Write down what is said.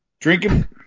Drinking